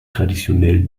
traditionnelles